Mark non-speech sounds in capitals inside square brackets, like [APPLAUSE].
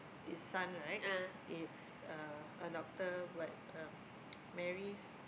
his son right it's a a doctor but um [NOISE] marries